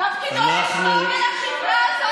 תעשה את העבודה שלך.